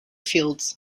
fields